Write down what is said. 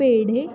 पेढे